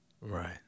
Right